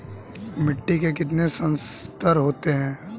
मिट्टी के कितने संस्तर होते हैं?